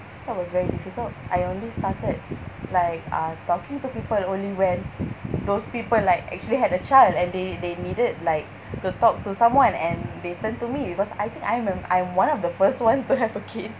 that was very difficult I only started like uh talking to people only when those people like actually had a child and they they needed like to talk to someone and they turn to me because I think I remem~ I'm one of the first ones to have a kid